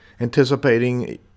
anticipating